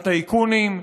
הטייקונים,